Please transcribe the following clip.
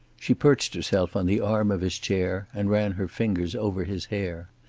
she perched herself on the arm of his chair, and ran her fingers over his hair.